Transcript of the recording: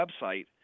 website